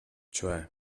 cioè